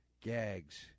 gags